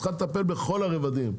צריך לטפל בכל הרבדים.